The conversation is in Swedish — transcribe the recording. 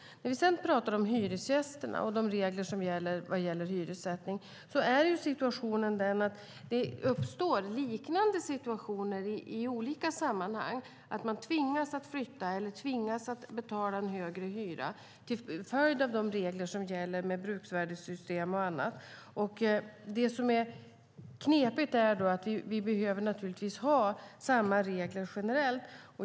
När det sedan gäller hyresgästerna och de regler som gäller för hyressättning är situationen den att det uppstår liknande situationer i olika sammanhang, att man tvingas att flytta eller tvingas att betala en högre hyra till följd av de regler som gäller med bruksvärdessystem och annat. Vi behöver naturligtvis ha samma regler generellt.